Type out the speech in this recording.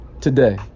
today